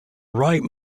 write